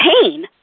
pain